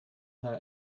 her